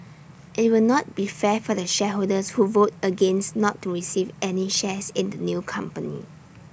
IT will not be fair for the shareholders who vote against not to receive any shares in the new company